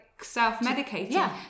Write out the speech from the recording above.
Self-medicating